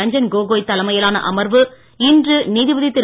ரஞ்சன் கோகோய் தலைமையிலான அமர்வு இன்று நீதிபதி திரு